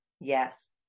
Yes